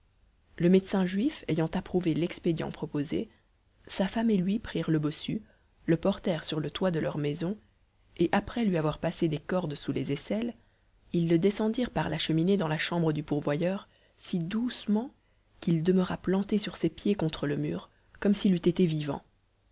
le médecin juif ayant approuvé l'expédient proposé sa femme et lui prirent le bossu le portèrent sur le toit de leur maison et après lui avoir passé des cordes sous les aisselles ils le descendirent par la cheminée dans la chambre du pourvoyeur si doucement qu'il demeura planté sur ses pieds contre le mur comme s'il eût été vivant